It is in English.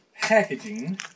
packaging